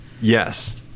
Yes